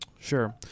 Sure